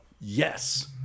Yes